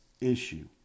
issue